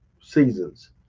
seasons